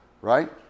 right